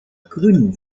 grünen